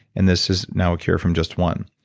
and this is now a cure from just one.